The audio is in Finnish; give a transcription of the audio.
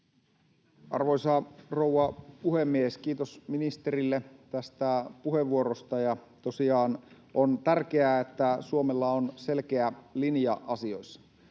Arvoisa rouva puhemies! Kiitos ministerille tästä puheenvuorosta. — Tosiaan on tärkeää, että Suomella on selkeä linja asioissa,